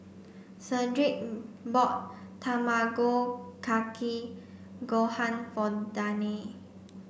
Shedrick bought Tamago Kake Gohan for Dannie